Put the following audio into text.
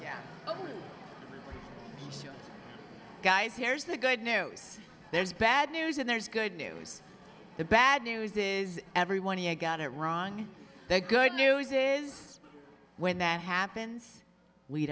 sure guys here's the good news there's bad news and there's good news the bad news is everyone got it wrong they good news is when that happens we